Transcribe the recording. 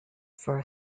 for